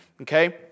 okay